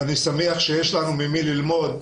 ואני שמח שיש לנו ממי ללמוד,